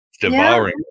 devouring